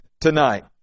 tonight